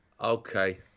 Okay